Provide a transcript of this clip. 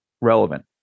relevant